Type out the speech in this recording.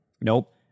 Nope